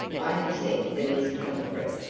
i have sent for miss pumfret,